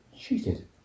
cheated